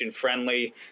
friendly